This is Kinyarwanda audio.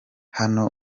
hano